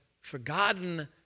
forgotten